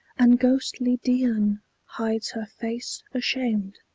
and ghostly dian hides her face ashamed.